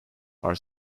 are